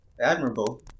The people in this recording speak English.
admirable